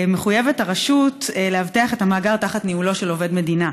מחויבת הרשות לאבטח את המאגר תחת ניהולו של עובד מדינה.